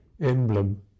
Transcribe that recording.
emblem